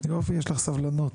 יופי, יש לך סבלנות.